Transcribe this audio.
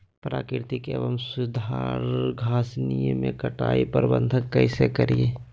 प्राकृतिक एवं सुधरी घासनियों में कटाई प्रबन्ध कैसे करीये?